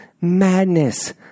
madness